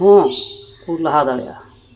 ᱦᱚᱸ ᱠᱚ ᱞᱟᱦᱟ ᱫᱟᱲᱮᱭᱟᱜᱼᱟ